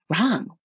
wrong